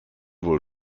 wohl